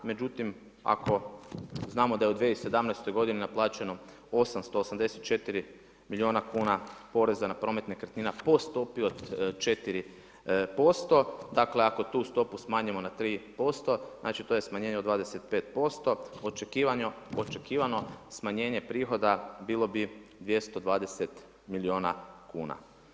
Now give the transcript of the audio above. Međutim, ako znamo da je u 2017.-toj godini naplaćeno 884 milijuna kuna poreza na promet nekretnina po stopi od 4%, dakle, ako tu stopu smanjimo na 3%, znači, to je smanjenje od 25%, očekivano smanjenje prihoda bilo bi 220 milijuna kuna.